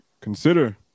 consider